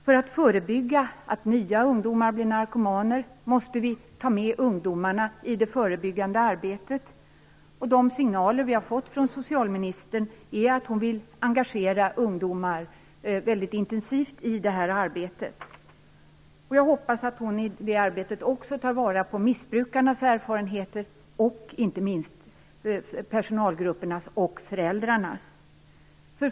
För att förebygga att nya ungdomar blir narkomaner måste vi ta med ungdomarna i det förebyggande arbetet. De signaler som vi har fått från socialministern är att hon vill engagera ungdomar väldigt intensivt i det arbetet. Jag hoppas att hon i det arbetet också tar vara på missbrukarnas erfarenheter och inte minst personalgruppernas och föräldrarnas.